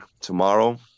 tomorrow